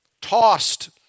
Tossed